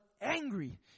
angry